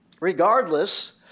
Regardless